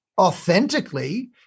authentically